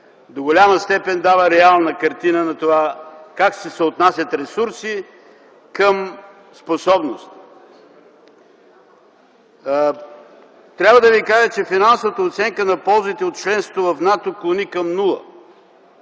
до голяма степен дава реална картина на това как се съотнасят ресурси към способности. Трябва да ви кажа, че финансовата оценка на ползите от членството в НАТО клони към нула.